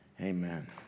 amen